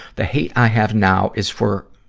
the hate i have now is for,